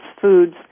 foods